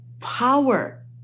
Power